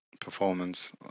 performance